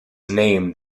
named